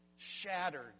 Shattered